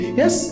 yes